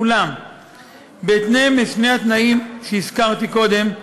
אולם בהתאם לשני התנאים שהזכרתי קודם,